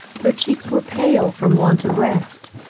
her cheeks were pale from want of rest,